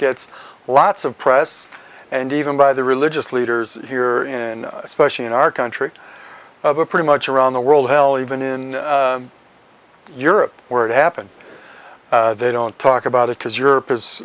gets lots of press and even by the religious leaders here in especially in our country of a pretty much around the world hell even in europe where it happened they don't talk about it because europe is